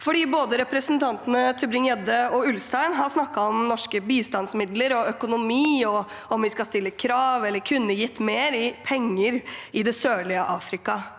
både representantene Tybring-Gjedde og Ulstein har snakket om norske bistandsmidler, økonomi og om vi skal stille krav eller kunne gitt mer penger til det sørlige Afrika.